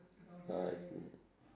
ah I see